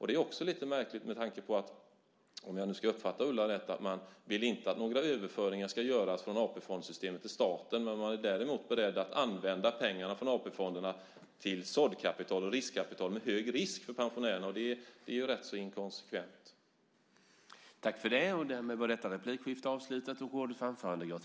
Det är lite märkligt att, om jag uppfattade Ulla rätt, man inte vill att några överföringar ska göras från AP-fondssystemet till staten men däremot är beredd att använda pengarna från AP-fonderna till såddkapital, riskkapital med hög risk för pensionärerna. Det är rätt så inkonsekvent.